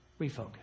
Refocus